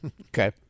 Okay